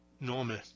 normal